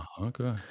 okay